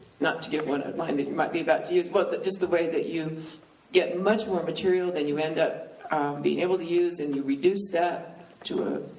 not to give one of mine that you might be about to use, but just the way that you get much more material than you end up being able to use, and you reduce that to a